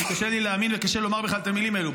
קשה לי להאמין וקשה לי לומר בכלל את המילים האלו.